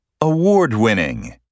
award-winning